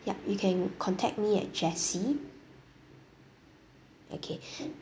yup you can contact me at jessey okay